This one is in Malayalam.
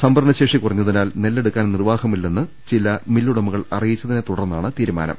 സംഭരണശേഷി കുറഞ്ഞതിനാൽ നെല്ലെടുക്കാൻ നിർവാഹമില്ലെന്നു ചില മില്ലുടമകൾ അറിയിച്ചതിനെ തുടർന്നാണ് തീരുമാനം